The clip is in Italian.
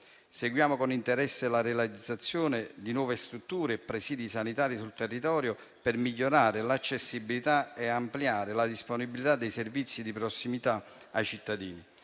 Seguiamo con interesse la realizzazione di nuove strutture e presidi sanitari sul territorio per migliorare l'accessibilità e ampliare la disponibilità dei servizi di prossimità ai cittadini.